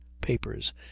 Papers